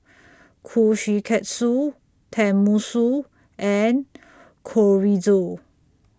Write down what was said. Kushikatsu Tenmusu and Chorizo